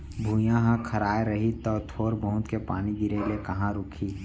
भुइयॉं ह खराय रही तौ थोर बहुत के पानी गिरे ले कहॉं रूकही